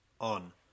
on